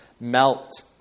melt